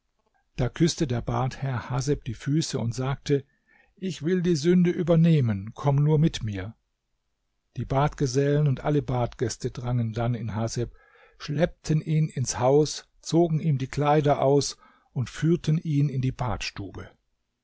da küßte der badherr haseb die füße und sagte ich will die sünde übernehmen komm nur mit mir die badgesellen und alle badgäste drangen dann in haseb schleppten ihn ins haus zogen ihm die kleider aus und führten ihn in die badstube